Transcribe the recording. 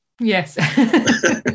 Yes